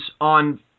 on